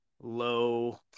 low